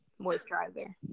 moisturizer